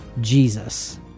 Jesus